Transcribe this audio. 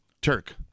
Turk